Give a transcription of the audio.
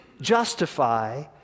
justify